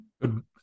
good